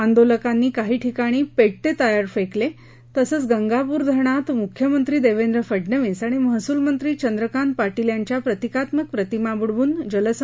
आंदोलकांनी काही ठिकाणी पेटते टायर फेकले तसेच गंगापूर धरणात मुख्यमंत्री देवेंद्र फडणवीस आणि महसूल मंत्री चंद्रकांत पाटील यांच्या प्रतीकात्मक प्रतिमा बुडवून जल् समाधी आंदोलन केलं